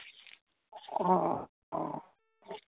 ᱚ ᱚ